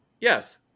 Yes